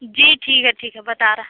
جی ٹھیک ہے ٹھیک ہے بتا رہا